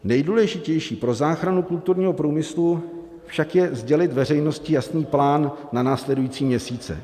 Nejdůležitější pro záchranu kulturního průmyslu však je sdělit veřejnosti jasný plán na následující měsíce.